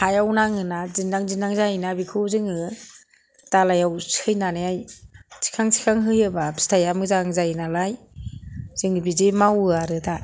हायाव नाङोना दिन्दां दिन्दां जायोना बेखौ जोङो दालाइयाव सैनानै थिखां थिखां होयोबा फिथाइया मोजां जायो नालाय जों बिदि मावो आरो दा